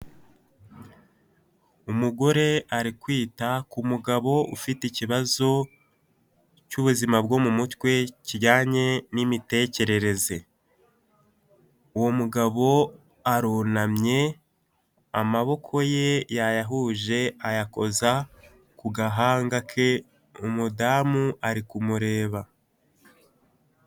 Umugore ari kwita ku mugabo ufite ikibazo cy'ubuzima bwo mu mutwe kijyanye n'imitekerereze, uwo mugabo arunamye amaboko ye yayahuje ayakoza ku gahanga ke, umudamu ari kumureba.